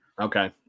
Okay